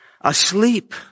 Asleep